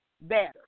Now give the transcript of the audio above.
better